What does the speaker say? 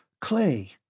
Clay